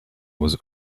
was